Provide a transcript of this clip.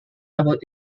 about